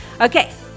okay